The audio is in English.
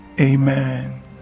Amen